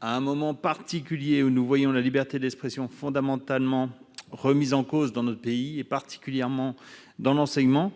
À un moment particulier où nous voyons la liberté d'expression fondamentalement remise en cause dans notre pays, notamment dans l'enseignement,